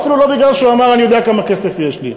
ואפילו לא בגלל שהוא אמר אני יודע כמה כסף יש לי.